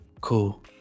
cool